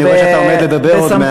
אני רואה שאתה עומד לדבר עוד מעט,